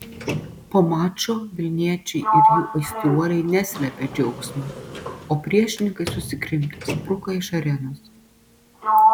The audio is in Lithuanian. po mačo vilniečiai ir jų aistruoliai neslėpė džiaugsmo o priešininkai susikrimtę spruko iš arenos